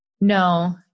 No